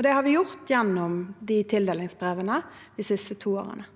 Det har vi gjort gjennom tildelingsbrevene de siste to årene.